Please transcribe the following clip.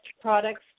products